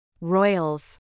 Royals